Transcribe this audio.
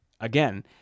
Again